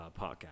podcast